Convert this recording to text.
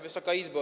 Wysoka Izbo!